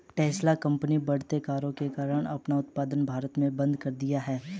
Tesla company बढ़ते करों के कारण अपना उत्पादन भारत में बंद कर दिया हैं